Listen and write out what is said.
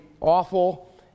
awful